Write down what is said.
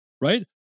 right